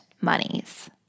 monies